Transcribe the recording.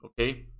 okay